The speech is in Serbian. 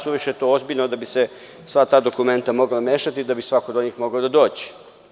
Suviše je to ozbiljno da bi se sva ta dokumenta mogla mešati, da bi svako do njih mogao da dođe.